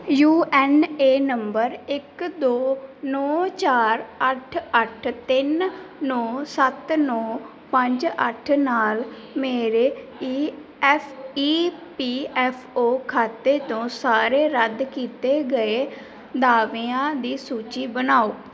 you A N ਨੰਬਰ ਇੱਕ ਦੋ ਨੌਂ ਚਾਰ ਅੱਠ ਅੱਠ ਤਿੰਨ ਨੌਂ ਸੱਤ ਨੌਂ ਪੰਜ ਅੱਠ ਨਾਲ ਮੇਰੇ E F E P F O ਖਾਤੇ ਤੋਂ ਸਾਰੇ ਰੱਦ ਕੀਤੇ ਗਏ ਦਾਅਵਿਆਂ ਦੀ ਸੂਚੀ ਬਣਾਓ